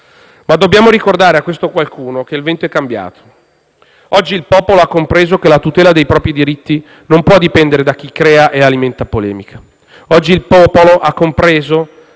Ma dobbiamo ricordare a questo qualcuno che il vento è cambiato. Oggi il popolo ha compreso che la tutela dei propri diritti non può dipendere da chi crea e alimenta polemica; oggi il popolo ha compreso